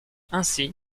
ainsi